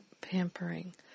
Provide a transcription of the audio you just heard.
Pampering